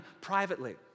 privately